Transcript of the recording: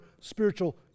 spiritual